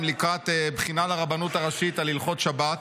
לקראת בחינה לרבנות הראשית על הלכות שבת,